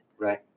right